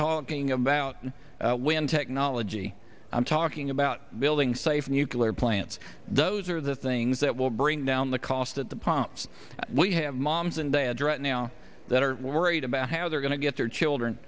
talking about when technology i'm talking about building safe nuclear plants those are the things that will bring down the cost at the pumps we have moms and dads right now that are worried about how they're going to get their children